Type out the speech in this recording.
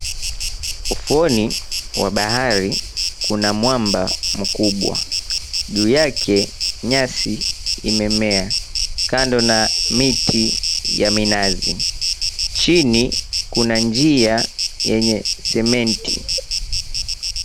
Ufuoni wa bahari, kuna mwamba mkubwa. Juu yake, nyasi imemea kando ya miti ya minazi. Chini, kuna njia yenye sementi.